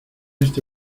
este